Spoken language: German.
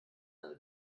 eine